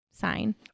sign